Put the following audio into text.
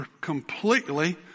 completely